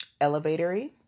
elevatory